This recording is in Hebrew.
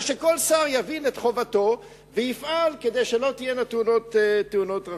אלא שכל שר יבין את חובתו ויפעל כדי שלא תהיינה תאונות דרכים.